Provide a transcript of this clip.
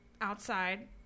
outside